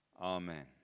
Amen